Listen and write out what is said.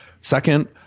Second